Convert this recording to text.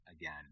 again